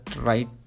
right